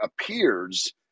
appears